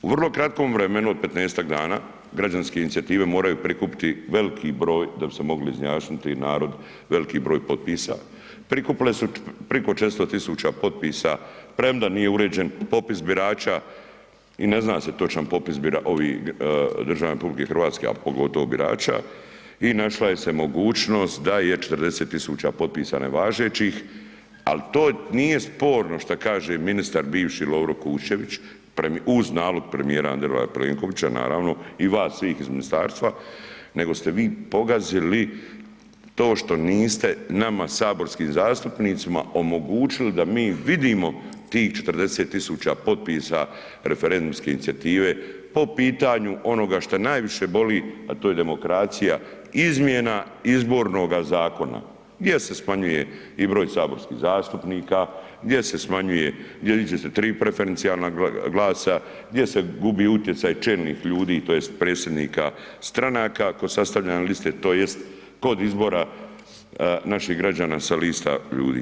U vrlo kratkom vremenu od 15-ak dana građanske inicijative moraju prikupiti veliki broj da bi se moglo izjasniti i narod, veliki broj potpisa, prikupile su preko 400 000 potpisa premda nije uređen popis birača i ne zna se točan popis državljana RH a pogotovo birača i našla se mogućnost da je 40 000 potpisa nevažećih ali to nije sporno šta kažem ministar bivši Lovro Kuščević uz nalog premijera Andreja Plenkovića, naravno i vas svih iz ministarstva nego ste vi pogazili to što niste nama saborskim zastupnicima omogućili da mi vidimo tih 40 000 potpisa referendumske inicijative po pitanju onoga što najviše boli a to je demokracija, izmjena Izbornoga zakona gdje se smanjuje i broj saborskih zastupnika, gdje se ide se tri preferencijalna glasa, gdje se gubi utjecaj čelnih ljudi tj. predsjednika stranaka tko sastavlja na listi, tj. kod izbora naših građana sa lista ljudi.